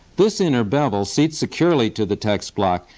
this inner bevel sits securely to the text block,